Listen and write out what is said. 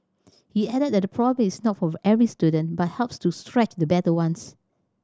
he added that the problem is not for every student but helps to stretch the better ones